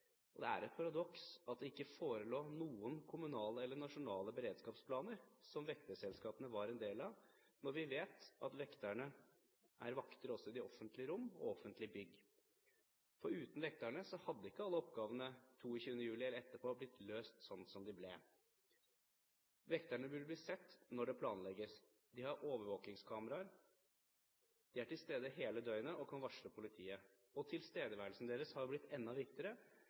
Det er et paradoks at det ikke forelå noen kommunale eller nasjonale beredskapsplaner som vekterselskapene var en del av, når vi vet at vekterne er vakter også i det offentlige rom og i offentlige bygg. Uten vekterne hadde ikke alle oppgavene 22. juli eller etterpå blitt løst slik de ble. Vekterne burde bli sett når det planlegges. De har overvåkingskameraer. De er til stede hele døgnet og kan varsle politiet. Tilstedeværelsen deres har blitt enda viktigere